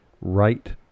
right